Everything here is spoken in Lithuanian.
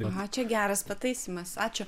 aha čia geras pataisymas ačiū